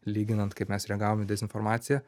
lyginant kaip mes reagavom į dezinformaciją